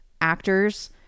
actors